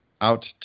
Out